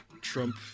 Trump